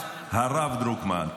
הרב דרוקמן,